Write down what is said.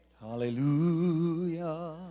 Hallelujah